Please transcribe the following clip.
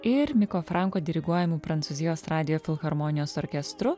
ir miko franko diriguojamu prancūzijos radijo filharmonijos orkestru